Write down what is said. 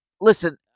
Listen